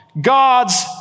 God's